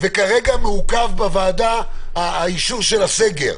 וכרגע מעוכבת בוועדת הכנסת ההארכה של הסגר.